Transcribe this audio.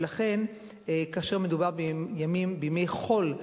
ולכן כאשר מדובר בימי חול,